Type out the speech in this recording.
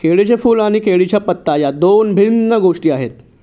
केळीचे फूल आणि केळीचा पत्ता या दोन भिन्न गोष्टी आहेत